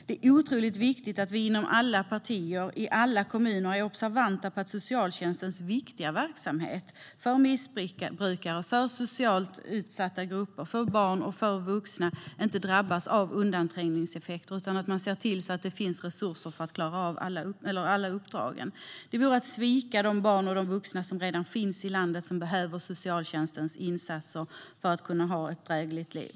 Det är otroligt viktigt att vi inom samtliga partier i alla kommuner är observanta på att socialtjänstens viktiga verksamhet för missbrukare, för socialt utsatta grupper, för barn och för vuxna inte drabbas av undanträngningseffekter utan att man ser till att det finns resurser för att klara av alla uppdrag. Annars sviker vi de barn och vuxna som redan finns i landet och som behöver socialtjänstens insatser för att kunna leva ett drägligt liv.